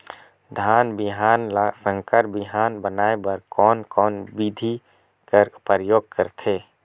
धान बिहान ल संकर बिहान बनाय बर कोन कोन बिधी कर प्रयोग करथे?